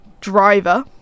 driver